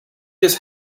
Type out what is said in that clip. just